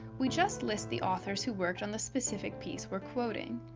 we just list the authors who worked on the specific piece we're quoting.